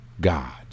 God